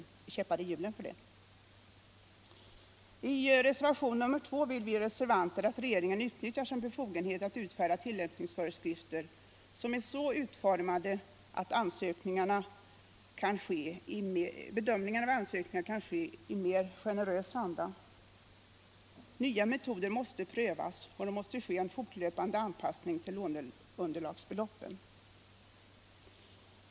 I reservationen 2 vid civilutskottets betänkande nr 23 vill vi reservanter att regeringen utnyttjar sin befogenhet att utfärda tillämpningsföreskrifter, som är så utformade att bedömningen av ansökningarna kan ske i mer generös anda. Nya metoder måste prövas och det måste ske fortlöpande anpassning till låneunderlagsbeloppen.